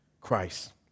Christ